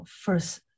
first